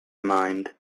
mind